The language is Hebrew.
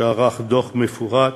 והוא ערך דוח מפורט